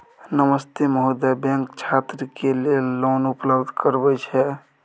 नमस्ते महोदय, बैंक छात्र के लेल लोन उपलब्ध करबे छै?